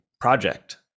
project